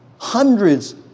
hundreds